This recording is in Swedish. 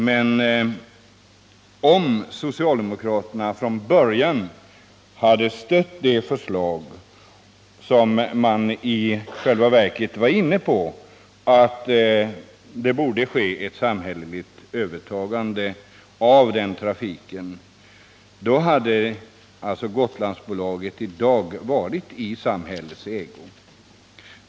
Men om socialdemokraterna från början hade stött det förslag som man i själva verket var inne på, nämligen ett samhälleligt övertagande av sjötrafiken på Gotland, hade Gotlandsbolaget i dag varit i samhällets ägo.